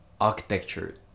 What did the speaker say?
architecture